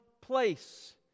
place